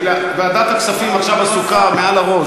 כי ועדת הכספים עכשיו עסוקה מעל הראש.